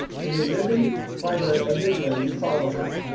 when you're living by the amygdala, you follow the herd.